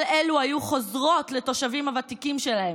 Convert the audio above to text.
כל אלה היו חוזרות לתושבים הוותיקים שלהן.